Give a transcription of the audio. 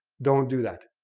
don't do that.